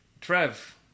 trev